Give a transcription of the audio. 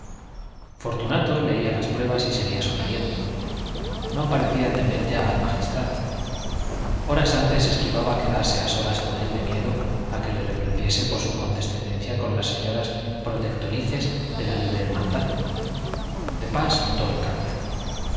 fortunato leía las pruebas y seguía sonriendo no parecía temer ya al magistral horas antes esquivaba quedarse a solas con él de miedo a que le reprendiese por su condescendencia con las señoras protectrices de la libre hermandad de pas notó el cambio